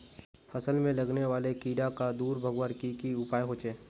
फसल में लगने वाले कीड़ा क दूर भगवार की की उपाय होचे?